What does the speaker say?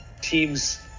teams